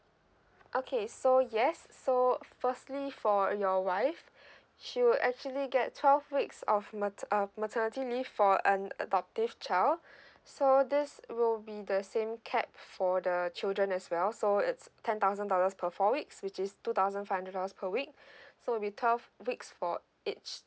okay so yes so firstly for your wife she would actually get twelve weeks of mater~ uh maternity leave for an adoptive child so this will be the same cap for the children as well so it's ten thousand dollars per four weeks which is two thousand five hundred dollars per week so will be twelve weeks for each